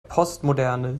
postmoderne